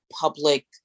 public